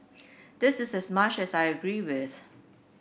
this is as much as I agree with